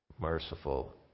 merciful